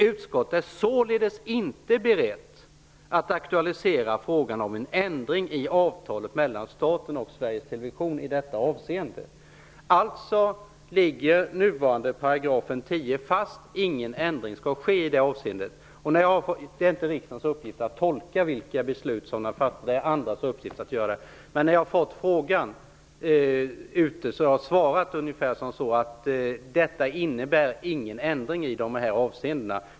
Utskottet är således inte berett att aktualisera frågan om en ändring i avtalet mellan staten och SVT i detta avseende. Nuvarande § 10 ligger alltså fast. Ingen ändring skall ske i det avseendet. Det är inte riksdagens uppgift att tolka avtal och beslut som är fattade. Det är andras uppgift att göra det. När jag har fått frågan har jag svarat att detta inte innebär någon förändring i dessa avseenden.